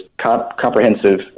comprehensive